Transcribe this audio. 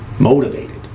Motivated